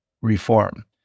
reform